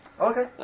Okay